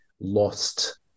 lost